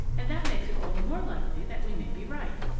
and that makes it all the more likely that we may be right.